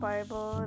Bible